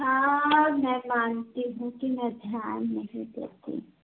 हाँ मैं मानती हूँ कि मैं ध्यान नहीं देती